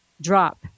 drop